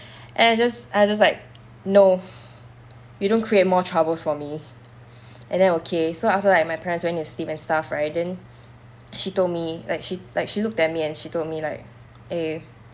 then I jus~ I just like no you don't create more troubles for me and then okay so after like my parents went to sleep and stuff right then she told me like she like she looked at me and she told me like eh